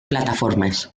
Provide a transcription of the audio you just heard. plataformes